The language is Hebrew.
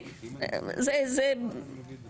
אין פה איזה שיקול דעת.